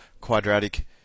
quadratic